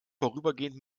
vorübergehend